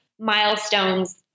milestones